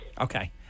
okay